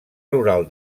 rural